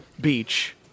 beach